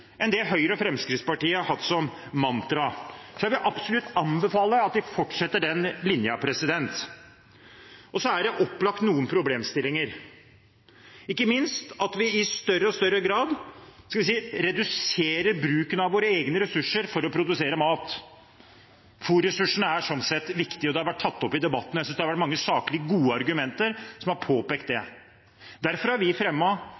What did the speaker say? enn det Høyre og Fremskrittspartiet har hatt som mantra. Jeg vil absolutt anbefale at de fortsetter den linjen. Så er det opplagt noen problemstillinger, ikke minst at vi i større og større grad reduserer bruken av våre egne ressurser for å produsere mat. Fôrressursene er sånn sett viktig, og det har vært tatt opp i debatten. Jeg synes det har vært mange saklige og gode argumenter i påpekningen av det. Vi for vår del har fremmet en veldig tydelig opptrappingsplan fordi vi